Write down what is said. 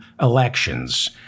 elections